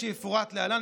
כפי שיפורט להלן,